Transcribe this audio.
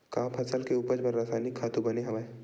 का फसल के उपज बर रासायनिक खातु बने हवय?